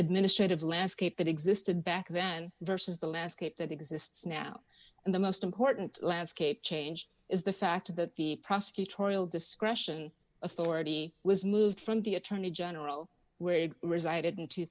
administrative last kate that existed back then versus the last case that exists now and the most important landscape change is the fact that the prosecutorial discretion authority was moved from the attorney general where it resided in two